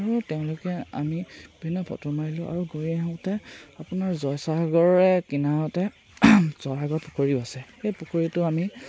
আৰু তেওঁলোকে আমি বিভিন্ন ফটো মাৰিলোঁ আৰু ঘূৰি আহোঁতে আপোনাৰ জয়সাগৰৰে কিনাৰতে জয়সাগৰ পুখুৰীও আছে সেই পুখুৰীটো আমি